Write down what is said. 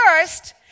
first